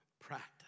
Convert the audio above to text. practice